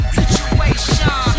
situation